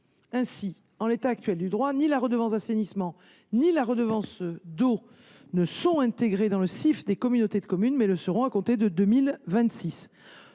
Ainsi, en l’état actuel du droit, ni la redevance assainissement ni la redevance eau ne sont intégrées dans le CIF des communautés de communes. Elles le seront à compter de 2026.